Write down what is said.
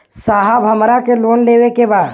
साहब हमरा के लोन लेवे के बा